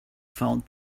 found